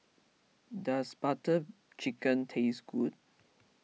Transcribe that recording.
does Butter Chicken taste good